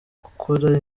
gukora